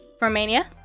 Romania